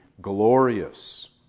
glorious